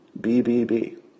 BBB